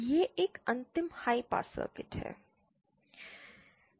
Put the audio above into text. यह एक अंतिम हाई पास सर्किट है